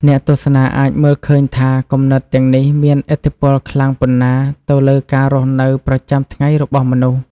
អ្នកទស្សនាអាចមើលឃើញថា គំនិតទាំងនេះមានឥទ្ធិពលខ្លាំងប៉ុណ្ណាទៅលើការរស់នៅប្រចាំថ្ងៃរបស់មនុស្ស។